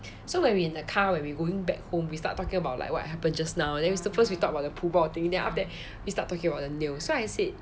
so when in the car when we going back home we start talking about like what happened just now and at first we talk about the pu bo thing then after that it's start talking about the nails so I said